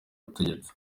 ubutegetsi